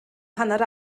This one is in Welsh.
hanner